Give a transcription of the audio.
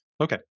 Okay